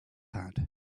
had